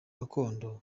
gakondo